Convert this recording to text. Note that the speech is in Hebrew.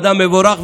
אדם מבורך,